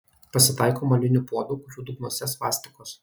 pasitaiko molinių puodų kurių dugnuose svastikos